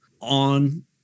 on